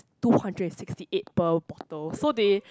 two hundred and sixty eight per bottle so they